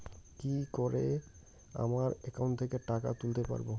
কি করে আমার একাউন্ট থেকে টাকা তুলতে পারব?